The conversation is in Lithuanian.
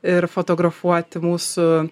ir fotografuoti mūsų